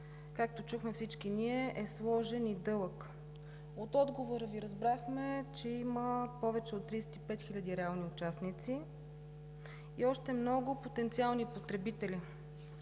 както чухме всички ние, е сложен и дълъг. От отговора Ви разбрахме, че има повече от 35 хиляди реални участници и още много потенциални потребители.